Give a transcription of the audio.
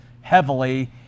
heavily